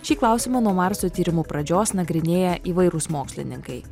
šį klausimą nuo marso tyrimų pradžios nagrinėja įvairūs mokslininkai